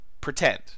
pretend